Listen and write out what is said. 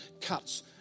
cuts